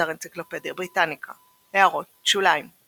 באתר אנציקלופדיה בריטניקה == הערות שוליים ==